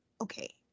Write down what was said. Okay